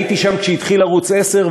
הייתי שם כשהתחיל ערוץ 10,